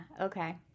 Okay